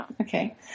okay